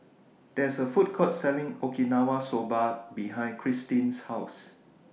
There IS A Food Court Selling Okinawa Soba behind Kristyn's House